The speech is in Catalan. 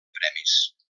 premis